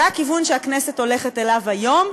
זה הכיוון שהכנסת הולכת בו היום,